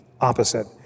opposite